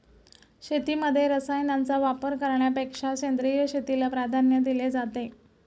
शेतीमध्ये रसायनांचा वापर करण्यापेक्षा सेंद्रिय शेतीला प्राधान्य दिले जाते